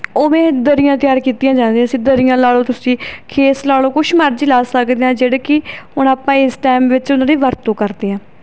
ਉਵੇਂ ਦਰੀਆਂ ਤਿਆਰ ਕੀਤੀਆਂ ਜਾਂਦੀਆਂ ਸੀ ਦਰੀਆਂ ਲਾ ਲਓ ਤੁਸੀਂ ਖੇਸ ਲਾ ਲਓ ਕੁਛ ਮਰਜ਼ੀ ਲਾ ਸਕਦੇ ਹਾਂ ਜਿਹੜੇ ਕਿ ਹੁਣ ਆਪਾਂ ਇਸ ਟੈਮ ਵਿੱਚ ਉਹਨਾਂ ਦੀ ਵਰਤੋਂ ਕਰਦੇ ਹਾਂ